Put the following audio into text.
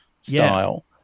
style